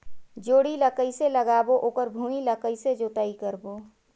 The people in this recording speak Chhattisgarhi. जोणी ला कइसे लगाबो ओकर भुईं ला कइसे जोताई करबो?